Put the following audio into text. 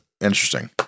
Interesting